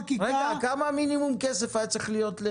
כמה מינימום כסף היה צריך להיות?